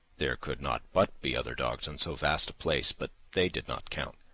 there could not but be other dogs on so vast a place, but they did not count.